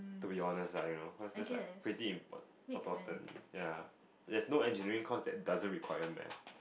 to be honest lah you know cause that's like pretty impor~ important ya there's like no Engineering course that doesn't require math